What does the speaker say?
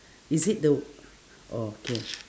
is it the orh k